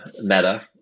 Meta